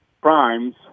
crimes